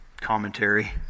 commentary